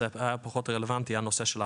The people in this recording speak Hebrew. זה היה פחות רלוונטי הנושא של התואר,